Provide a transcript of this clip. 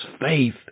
faith